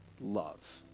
love